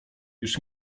już